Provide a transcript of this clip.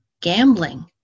gambling